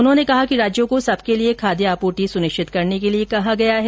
उन्होंने कहा कि राज्यों को सबके लिए खाद्य आपूर्ति सुनिश्चित करने के लिए कहा गया है